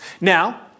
Now